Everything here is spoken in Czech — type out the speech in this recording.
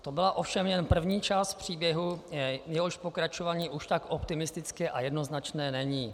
To byla ovšem jen první část příběhu, jehož pokračování už tak optimistické a jednoznačné není.